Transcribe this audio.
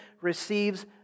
receives